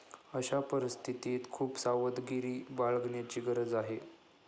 अशा परिस्थितीत खूप सावधगिरी बाळगण्याची गरज आहे